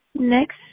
Next